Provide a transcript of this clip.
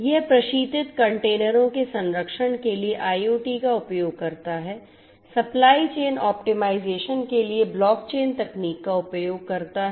यह प्रशीतित कंटेनरों के संरक्षण के लिए IoT का उपयोग करता है सप्लाई चेन ऑप्टिमाइजेशन के लिए ब्लॉकचेन तकनीक का उपयोग करता है